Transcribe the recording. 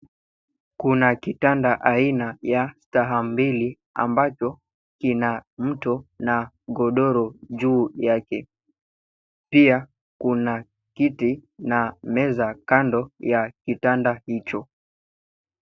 Kuna kitanda aina ya staha mbili ambacho kina mto na godoro juu yake. Pia kuna kiti na meza kando ya kitanda hicho.